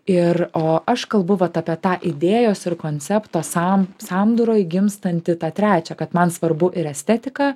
ir o aš kalbu vat apie tą idėjos ir koncepto sam sandūroj gimstantį tą trečią kad man svarbu ir estetika